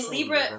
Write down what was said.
Libra